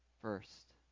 first